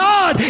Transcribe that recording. God